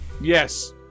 Yes